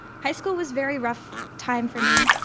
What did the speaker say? high school was very rough time for me.